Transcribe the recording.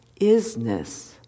isness